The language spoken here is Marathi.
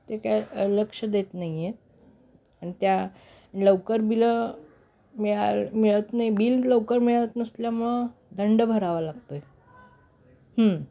ते काय लक्ष देत नाही आहे आणि त्या लवकर बिलं मिळा मिळत नाही बिल लवकर मिळत नसल्यामुळं दंड भरावा लागतो आहे